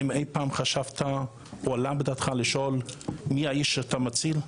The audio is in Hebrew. האם אי פעם חשבת או עלה בדעתך לשאול מי האיש שאתה מציל?